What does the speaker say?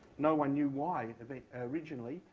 no one knew why, originally.